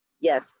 yes